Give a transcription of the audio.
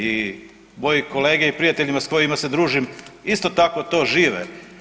I moji kolege i prijatelji s kojima se družim, isto tako to žive.